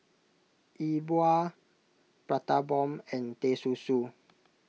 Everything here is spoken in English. E Bua Prata Bomb and Teh Susu